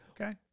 Okay